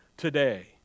today